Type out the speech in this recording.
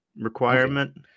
requirement